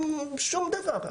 שום דבר,